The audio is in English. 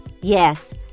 Yes